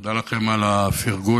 תודה לכם על הפרגון.